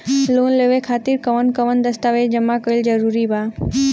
Loan लेवे खातिर कवन कवन दस्तावेज जमा कइल जरूरी बा?